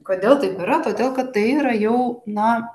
kodėl taip yra todėl kad tai yra jau na